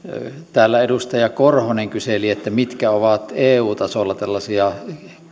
täällä edustaja korhonen kyseli mitkä ovat eu tasolla tällaisia